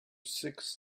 six